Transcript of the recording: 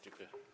Dziękuję.